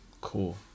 Cool